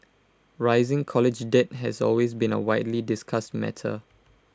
rising college debt has been A widely discussed matter